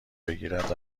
بگیرد